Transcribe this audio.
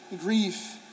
grief